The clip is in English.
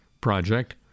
Project